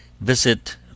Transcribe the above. visit